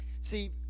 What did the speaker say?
See